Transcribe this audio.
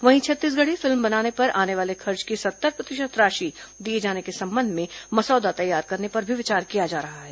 वहीं छत्तीसगढ़ी फिल्म बनाने पर आने वाले खर्च की सत्तर प्रतिशत राशि दिए जाने के संबंध में मसौदा तैयार करने पर भी विचार किया जा रहा है